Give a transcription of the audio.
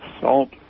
salt